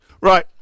right